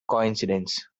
coincidence